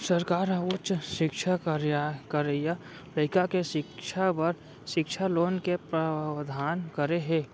सरकार ह उच्च सिक्छा करइया लइका के सिक्छा बर सिक्छा लोन के प्रावधान करे हे